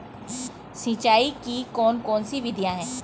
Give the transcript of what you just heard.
सिंचाई की कौन कौन सी विधियां हैं?